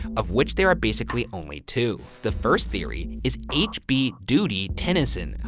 of which there are basically only two. the first theory is h. b. doodie tennison,